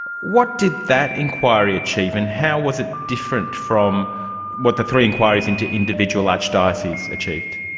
what did that inquiry achieve and how was it different from what the three inquiries into individual archdioceses achieved?